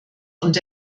und